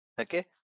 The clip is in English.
Okay